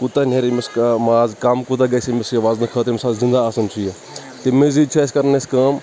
کوتاہ نیرِِ أمِس ماز کم کوتاہ گَژِھِ أمِس یہِ وزنہٕ خٲطرٕ ییٚمہِ ساتہٕ زِنٛدٕ آسان چھُ یہِ تَمہِ مٔزیٖد چھِ اَسہِ کَرٕنۍ اَسہِ کٲم